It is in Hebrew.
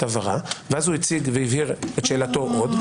הבהרה ואז הוא הציג והבהיר את שאלתו עוד.